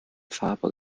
farbe